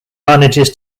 manages